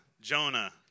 Jonah